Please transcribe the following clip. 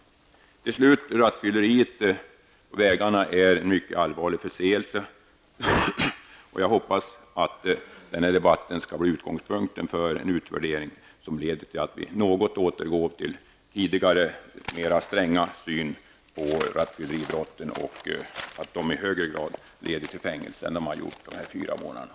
Till slut: Rattfylleriet på vägarna är en mycket allvarlig förseelse, och jag hoppas att den här debatten skall bli utgångspunkten för en utvärdering, som leder till att vi i viss mån återgår till tidigare mera stränga syn på rattfylleribrotten, och till att de leder till fängelse i högre grad än de gjort under de här fyra månaderna.